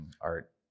art